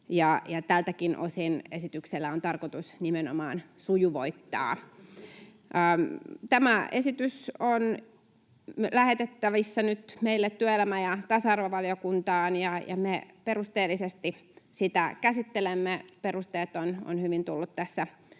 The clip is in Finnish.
Tältäkin osin esityksellä on tarkoitus nimenomaan sujuvoittaa. Tämä esitys on lähetettävissä nyt meille työelämä- ja tasa-arvovaliokuntaan, ja me perusteellisesti sitä käsittelemme. Perusteet ovat hyvin tulleet tässä esille,